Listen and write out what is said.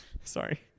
Sorry